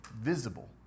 visible